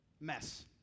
Mess